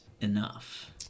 enough